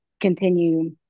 continue